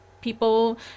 people